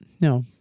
no